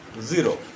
zero